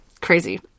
crazy